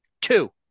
two